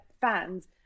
fans